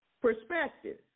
perspective